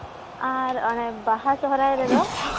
ᱟᱨ ᱚᱱᱮ ᱵᱟᱦᱟ ᱥᱟᱦᱚᱨᱟᱭ ᱨᱮᱫᱚ